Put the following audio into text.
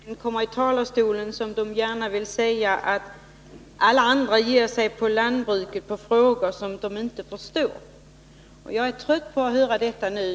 Herr talman! När jordbrukets talesmän kommer upp i talarstolen vill de väldigt ofta och gärna framhålla att alla andra som har synpunkter på lantbruket yttrar sig i frågor som de inte förstår. Nu är jag trött på att höra detta.